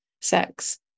sex